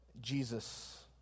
Jesus